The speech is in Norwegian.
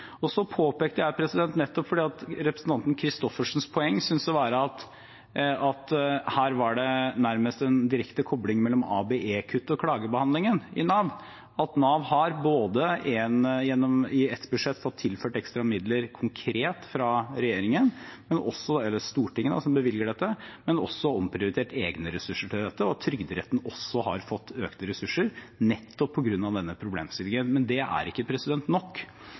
Så påpekte jeg, nettopp fordi representanten Christoffersens poeng synes å være at her var det nærmest en direkte kobling mellom ABE-kutt og klagebehandlingen i Nav, at Nav både gjennom et budsjett har fått tilført midler konkret fra regjeringen, eller Stortinget, som bevilger dette, og også omprioritert egne ressurser til dette, og at Trygderetten også har fått økte ressurser, nettopp på grunn av denne problemstillingen. Men det er ikke nok.